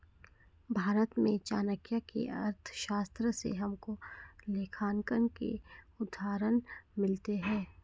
भारत में चाणक्य की अर्थशास्त्र से हमको लेखांकन के उदाहरण मिलते हैं